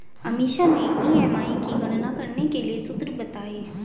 अमीषा ने ई.एम.आई की गणना करने के लिए सूत्र बताए